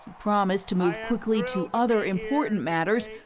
promised to move quickly to other important matters,